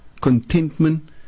contentment